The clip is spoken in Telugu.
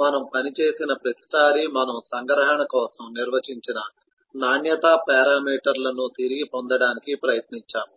మనము పనిచేసిన ప్రతిసారీ మనము సంగ్రహణ కోసం నిర్వచించిన నాణ్యతా పారామీటర్ లను తిరిగి పొందడానికి ప్రయత్నించాము